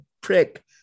prick